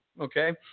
okay